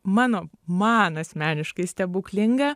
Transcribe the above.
mano man asmeniškai stebuklingą